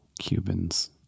Cubans